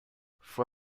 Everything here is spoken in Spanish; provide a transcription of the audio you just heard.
fue